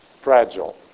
fragile